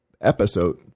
episode